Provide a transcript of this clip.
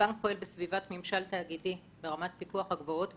הבנק פועל בסביבת ממשל תאגידי ברמת הפיקוח הגבוהה ביותר,